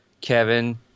Kevin